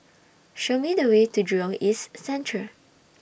Show Me The Way to Jurong East Central